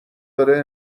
داره